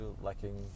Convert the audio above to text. lacking